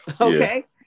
okay